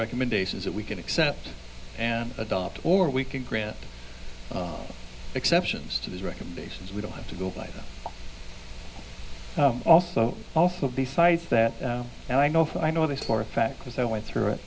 recommendations that we can accept and adopt or we can grant exceptions to these recommendations we don't have to go by them also also besides that and i know i know this for a fact because i went through it